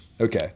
Okay